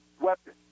weapon